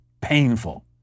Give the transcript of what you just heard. Painful